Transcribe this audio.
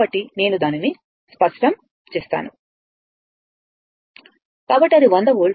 కాబట్టి నేను దానిని స్పష్టం చేస్తాను కాబట్టి అది 100 వోల్ట్